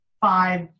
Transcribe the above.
five